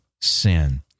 sin